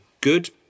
Good